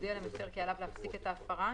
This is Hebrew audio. יודיע למפר כי עליו להפסיק את ההפרה